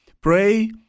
Pray